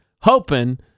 hoping